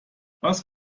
was